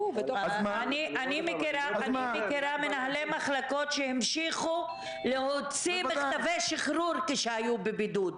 אני מכירה מנהלי מחלקות שהמשיכו להוציא מכתבי שחרור כשהיו בבידוד.